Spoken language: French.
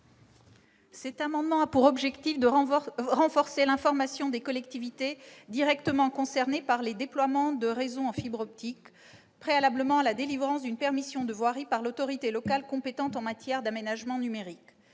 Cet amendement a pour objet de renforcer l'information des collectivités directement concernées par les déploiements de réseaux en fibre optique, préalablement à la délivrance d'une permission de voirie par l'autorité locale compétente en matière d'aménagement numérique.